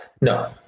No